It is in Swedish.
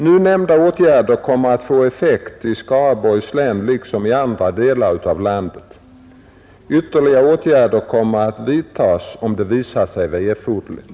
Nu nämnda åtgärder kommer att få effekt i Skaraborgs län liksom i andra delar av landet. Ytterligare åtgärder kommer att vidtas, om det visar sig erforderligt.